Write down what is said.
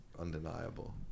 undeniable